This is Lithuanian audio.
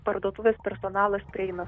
parduotuvės personalas prieina